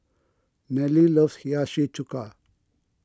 Nelle loves Hiyashi Chuka